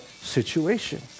situation